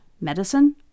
Medicine